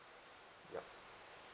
yup